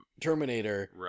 Terminator